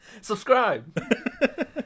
Subscribe